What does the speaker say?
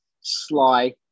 Sly